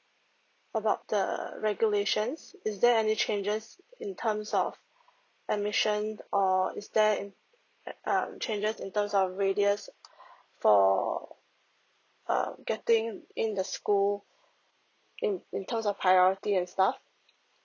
about the regulations is there any changes in terms of admission or is there um changes in terms of radius for err getting in the school in in terms of priority and stuff